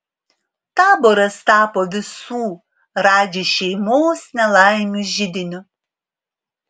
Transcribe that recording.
taboras tapo visų radži šeimos nelaimių židiniu